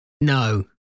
no